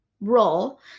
role